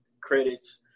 credits